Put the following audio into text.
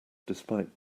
despite